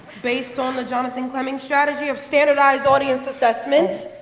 based on the jonathan flemming strategy of standardized audience assessment,